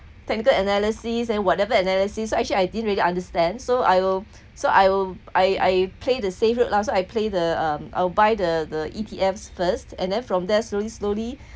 technical analyses and whatever analysis I actually I didn't really understand so I'll so I will I I play the safe route lah so I play the um I'll buy the the E_T_F first and then from there slowly slowly